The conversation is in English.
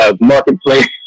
marketplace